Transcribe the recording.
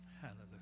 Hallelujah